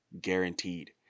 guaranteed